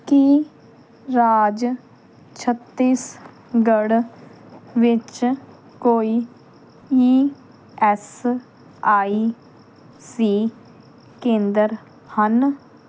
ਕੀ ਰਾਜ ਛੱਤੀਸਗੜ੍ਹ ਵਿੱਚ ਕੋਈ ਈ ਐੱਸ ਆਈ ਸੀ ਕੇਂਦਰ ਹਨ